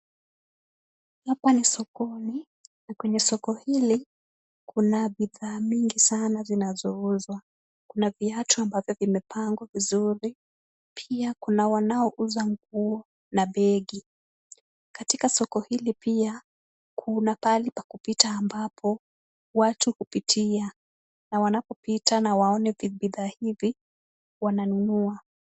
Hapa ni sokoni na kwenye soko hili kuna bidhaa mingi sana zinazouzwa. Kuna viatu ambavyo vimepangwa vizuri. Pia kuna wanaouza nguo na begi . Katika soko hili pia kuna pahali pa kupita ambapo watu hupitia. Na wanapopita na waone bidhaa hivi, wananunua.